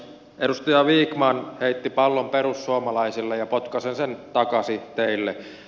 edustaja vikman heitti pallon perussuomalaisille ja potkaisen sen takaisin teille